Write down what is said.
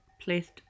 placed